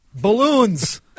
Balloons